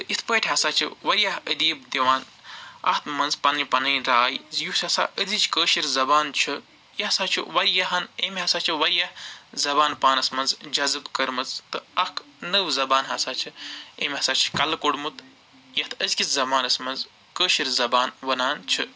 یِتھ پٲٹھۍ ہسا چھِ واریاہ ادیٖب تہٕ یِوان اَتھ منٛز پَنٕنۍ پَنٕںی راے یُس ہسا أزٕچ کٲشِر زَبان چھِ یہِ سا چھُ واریاہَن أمۍ ہسا چھُ واریاہَن زَبان پانَس منٛز جَزٔب کٔرمٕژ تہٕ اَتھ نٔوۍ زَبان ہسا چھِ أمۍ ہسا چھُ کَلہٕ کوٚڑمُت یَتھ أزکِس زَمانَس منٛز کٲشِر زَبان ونان چھِ